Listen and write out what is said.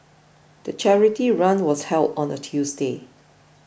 the charity run was held on a Tuesday